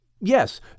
Yes